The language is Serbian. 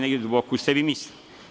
Negde duboko u sebi to mislite.